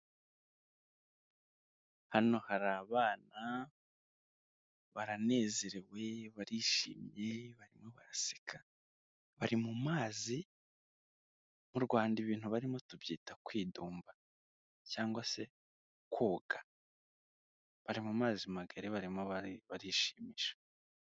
Hano hari abana baranezerewe barishimye barimo baraseka, bari mu mazi m'u Rwanda ibintu barimo tubyita kwidumba cyangwa se koga, bari mu mazi magari barimo barishimisha.